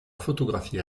photographies